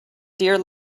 dear